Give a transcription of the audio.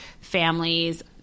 families